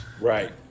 Right